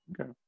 okay